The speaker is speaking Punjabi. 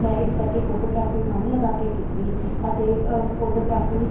ਮੈਂ ਇਸ ਕਰਕੇ ਫੋਟੋਗਰਾਫੀ ਮਨ ਲਗਾ ਕੇ ਕੀਤੀ ਅਤੇ ਫੋਟੋਗ੍ਰਾਫੀ